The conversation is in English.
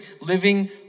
living